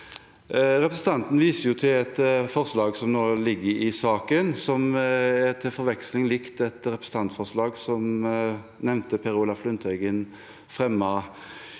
Representanten viser til et forslag som nå ligger til saken, og som er til forveksling likt et representantforslag som nevnte Per Olaf Lundteigen fremmet